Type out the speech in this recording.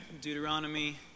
Deuteronomy